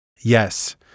Yes